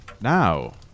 now